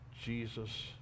Jesus